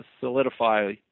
solidify